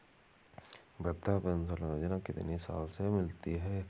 वृद्धा पेंशन योजना कितनी साल से मिलती है?